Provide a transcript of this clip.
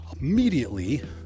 immediately